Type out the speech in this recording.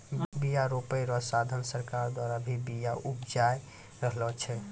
बिया रोपाय रो साधन सरकार द्वारा भी बिया उपजाय रहलो छै